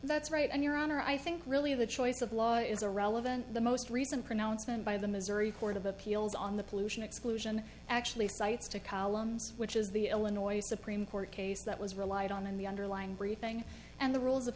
that's right and your honor i think really the choice of law is irrelevant the most recent pronouncement by the missouri court of appeals on the pollution exclusion actually cites to columns which is the illinois supreme court case that was relied on in the underlying briefing and the rules of